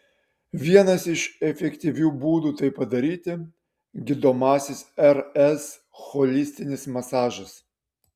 vienas iš efektyvių būdų tai padaryti gydomasis rs holistinis masažas